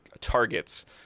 targets